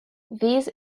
these